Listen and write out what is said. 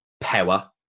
power